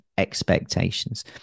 expectations